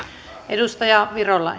arvoisa